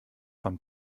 von